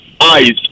eyes